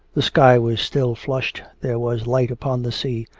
the sky was still flushed, there was light upon the sea,